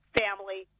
family